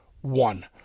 one